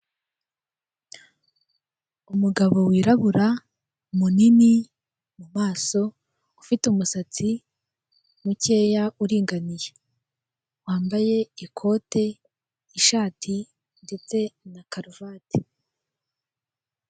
Iyi ni imodoka nini igizwe n'amabara y'umweru, amapine y'umukara iri mu muhanda wo mu bwoko bwa kaburimbo, hirya gatoya ibiti birebire ubona bitanga umuyaga n'amahumbezi ku bahakoresha bose.